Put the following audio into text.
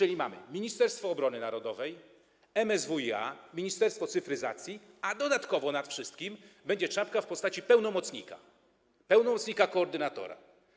A więc mamy Ministerstwo Obrony Narodowej, MSWiA, Ministerstwo Cyfryzacji, a dodatkowo nad wszystkim będzie czapka w postaci pełnomocnika, pełnomocnika koordynatora.